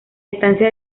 estancia